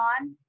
on